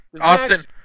Austin